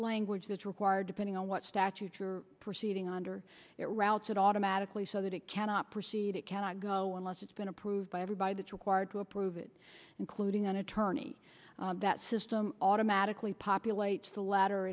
language that's required depending on what statute you're proceeding on it routes it automatically so that it cannot proceed it cannot go unless it's been approved by everybody that's required to approve it including an attorney that system automatically populate the la